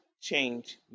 change